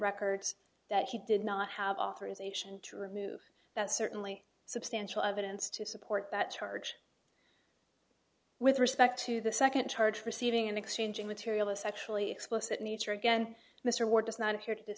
records that he did not have authorization to remove that certainly substantial evidence to support that charge with respect to the second charge receiving and exchanging material a sexually explicit nature again mr ward does not appear to